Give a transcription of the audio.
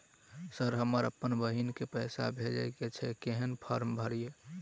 Sir हम अप्पन बहिन केँ पैसा भेजय केँ छै कहैन फार्म भरीय?